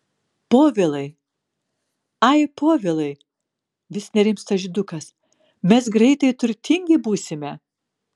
povilai ai povilai vis nerimsta žydukas mes greitai turtingi būsime